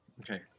Okay